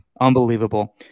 Unbelievable